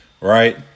right